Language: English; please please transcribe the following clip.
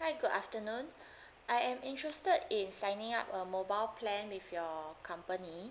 hi good afternoon I am interested in signing up a mobile plan with your company